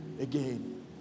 again